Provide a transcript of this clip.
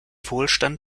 wohlstand